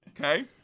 Okay